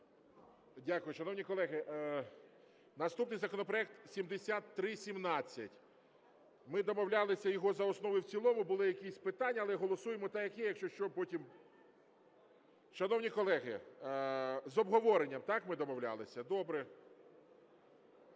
Дякую. Шановні колеги, наступний законопроект 7317. Ми домовлялися його за основу і в цілому, були якісь питання, але голосуємо так, як є, якщо що, потім... Шановні колеги, з обговоренням, так, ми домовлялись? Добре.